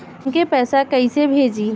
हमके पैसा कइसे भेजी?